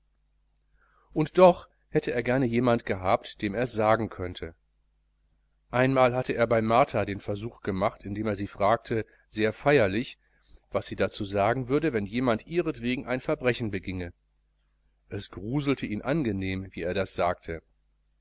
und doch hätte er gerne jemand gehabt dem ers sagen könnte einmal hatte er bei martha den versuch gemacht indem er sie fragte sehr feierlich was sie dazu sagen würde wenn jemand ihretwegen ein verbrechen beginge es gruselte ihn angenehm wie er das sagte